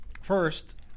First